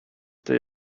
they